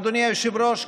אדוני היושב-ראש,